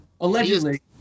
Allegedly